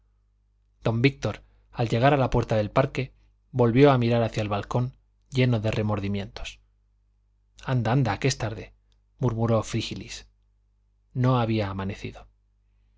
don víctor al llegar a la puerta del parque volvió a mirar hacia el balcón lleno de remordimientos anda anda que es tarde murmuró frígilis no había amanecido